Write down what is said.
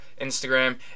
Instagram